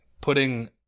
putting